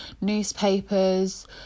newspapers